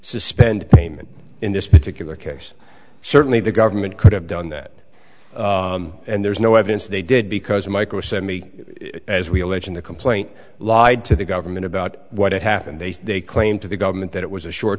suspend payment in this particular case certainly the government could have done that and there's no evidence they did because micro certainly as we allege in the complaint lied to the government about what had happened they they claim to the government that it was a short